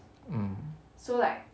mm